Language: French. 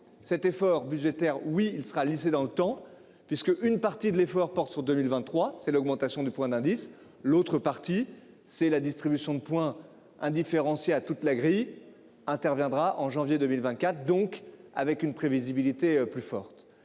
cet effort budgétaire. Oui, il sera lissé dans le temps puisque une partie de l'effort porte sur 2023 c'est l'augmentation du point d'indice, l'autre partie, c'est la distribution de points indifférencié à toute la gris interviendra en janvier 2024, donc avec une prévisibilité plus forte,